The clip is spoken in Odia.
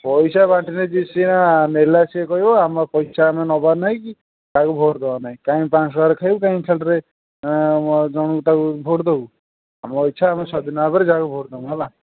ପଇସା ବାଣ୍ଟିଲେ ଯିଏ ସିନା ନେଲା ସିଏ କହିବ ଆମର ପଇସା ଆମର ନେବାର ନାହିଁ କି କାହାକୁ ଭୋଟ୍ ଦେବାର ନାହିଁ କାହିଁକି ପାଞ୍ଚ ଶହ ହାଜର ଖାଇବୁ କାହିଁକି ଖାଲିଟାରେ ଜଣଙ୍କୁ ତାକୁ ଭୋଟ୍ ଦେବୁ ଆମ ଇଚ୍ଛା ଆମେ ସ୍ୱାଧୀନ ଭାବରେ ଯାହାକୁ ଭୋଟ୍ ଦେବୁ ହେଲା